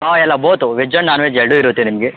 ಹಾಂ ಎಲ್ಲ both veg and non veg ಎರಡೂ ಇರುತ್ತೆ ನಿಮಗೆ